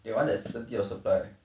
they want that certainty of supply